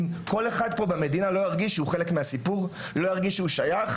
אם כל אחד במדינה לא ירגיש שהוא חלק מהסיפור ושהוא שייך.